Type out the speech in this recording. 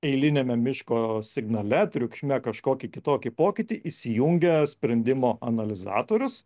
eiliniame miško signale triukšme kažkokį kitokį pokytį įsijungia sprendimo analizatorius